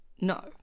No